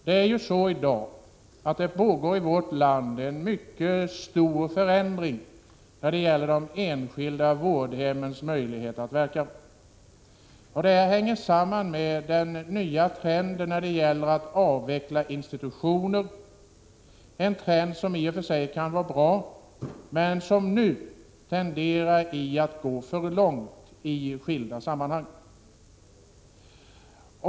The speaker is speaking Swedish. Det pågår för närvarande i vårt land en mycket stor förändring när det gäller de enskilda vårdhemmens möjligheter att verka. Detta hänger samman med den nya trenden att avveckla institutioner, en trend som i och för sig kan vara bra men som nu tenderar att gå för långt i skilda sammanhang.